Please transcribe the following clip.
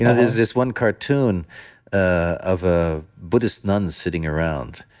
you know there's this one cartoon ah of ah buddhist nuns sitting around.